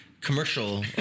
commercial